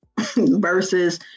versus